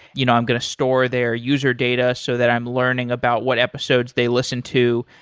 you know i'm going to store their user data so that i'm learning about what episodes they listen to.